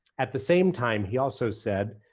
at the same time he also said,